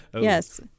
Yes